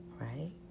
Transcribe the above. right